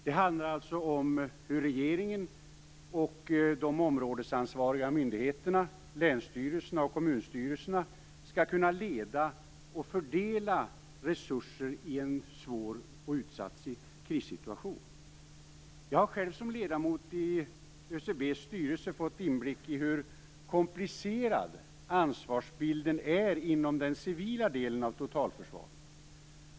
Det handlar alltså om hur regeringen och de områdesansvariga myndigheterna - länsstyrelserna och kommunstyrelserna - skall kunna leda arbetet och fördela resurser i en svår och utsatt krissituation. Jag har själv som ledamot i ÖCB:s styrelse fått inblick i hur komplicerad ansvarsbilden är inom den civila delen av totalförsvaret.